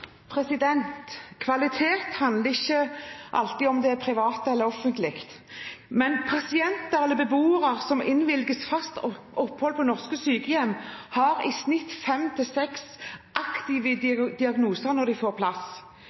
privat eller offentlig, men pasienter, eller beboere, som innvilges fast opphold på norske sykehjem, har i snitt fem-seks aktive diagnoser når de får plass.